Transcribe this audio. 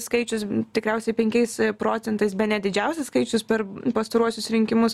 skaičius tikriausiai penkiais procentais bene didžiausias skaičius per pastaruosius rinkimus